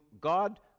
God